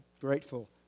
grateful